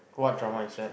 what drama is that